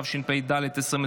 2), התשפ"ד 2024,